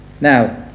Now